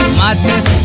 madness